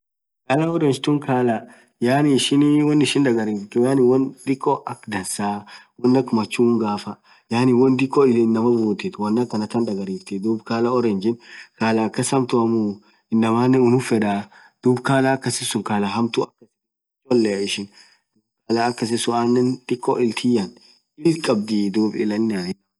khalaaa orange thun khalaa yaaani ishin won ishin dhagariftu yaani won dhikko akhaa dansaaa wonn akhaa machungwaaafaa yaani won dhikko ilii inamaa vutithuu won akhanathaa dhagariftii dhub khalaa orangin hamtuamuuu inamaanen unnu fedhaa dhub khalaa akasisun khalaaa hamtuamu cholea ishin khalaa akasisun dhiko ilii thiyan illi khaddhii dhub ilanen